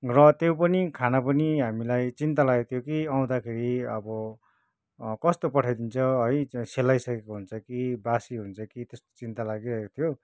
र त्यो पनि खाना पनि हामीलाई चिन्ता लागेको थियो कि अउँदाखेरि अबो कस्तो पठाइदिन्छ है सेलाइसकेको हुन्छ कि बासी हुन्छ कि त्यस्तो चिन्ता लागिरहेको थियो